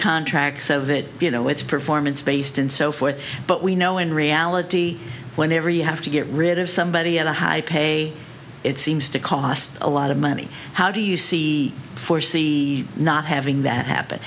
contract so that you know it's performance based and so forth but we know in reality whenever you have to get rid of somebody at a high pay it seems to cost a lot of money how do you see foresee not having that happen